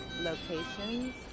locations